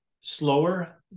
slower